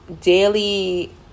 daily